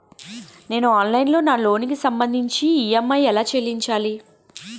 నేను ఆన్లైన్ లో నా లోన్ కి సంభందించి ఈ.ఎం.ఐ ఎలా చెల్లించాలి?